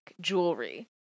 jewelry